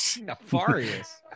Nefarious